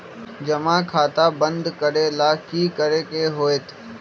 जमा खाता बंद करे ला की करे के होएत?